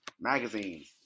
magazines